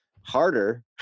harder